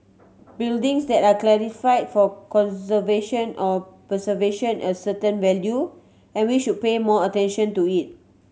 buildings that are classified for conservation or preservation a certain value and we should pay more attention to it